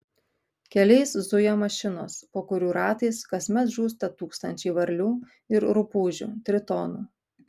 keliais zuja mašinos po kurių ratais kasmet žūsta tūkstančiai varlių ir rupūžių tritonų